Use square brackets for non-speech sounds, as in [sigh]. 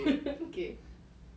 [laughs]